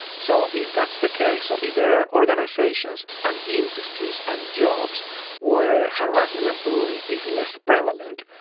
so if that's the case or if there are organisations and industries and jobs where harassment and bullying is less prevalent,